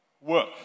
work